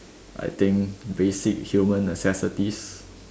I think basic human necessities